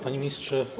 Panie Ministrze!